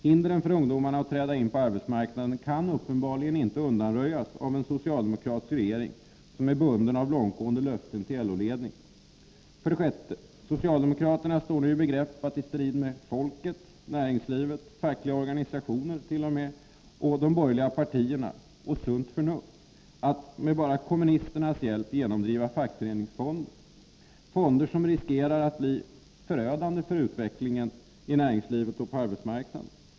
Hindren för ungdomarna att träda in på arbetsmarknaden kan uppenbarligen inte undanröjas av en socialdemokratisk regering som är bunden av långtgående löften till LO-ledningen. 6. Socialdemokraterna står nu i begrepp att i strid med folket, näringslivet, fackliga organisationer, t.o.m. de borgerliga partierna och sunt förnuft med endast kommunisternas hjälp genomdriva fackföreningsfonder — fonder som riskerar att bli förödande för utvecklingen i näringslivet och på arbetsmarknaden.